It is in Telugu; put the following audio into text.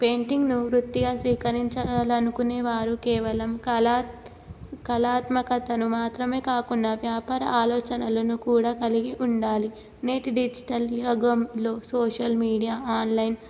పెయింటింగ్ను వృత్తిగా స్వీకరించాలనుకునే వారు కేవలం కళాత్ కళాత్మకతను మాత్రమే కాకుండా వ్యాపార ఆలోచనలను కూడా కలిగి ఉండాలి నేటి డిజిటల్ సోషల్ మీడియా ఆన్లైన్